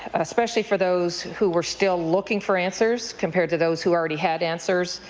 especially for those who were still looking for answers compared to those who already had answers.